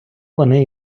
вони